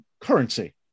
currency